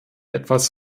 etwas